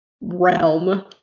realm